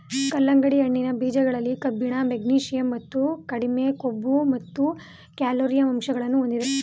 ಕಲ್ಲಂಗಡಿ ಹಣ್ಣಿನ ಬೀಜಗಳಲ್ಲಿ ಕಬ್ಬಿಣ, ಮೆಗ್ನೀಷಿಯಂ ಮತ್ತು ಕಡಿಮೆ ಕೊಬ್ಬು ಮತ್ತು ಕ್ಯಾಲೊರಿ ಅಂಶಗಳನ್ನು ಹೊಂದಿದೆ